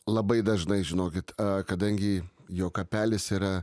labai dažnai žinokit kadangi jo kapelis yra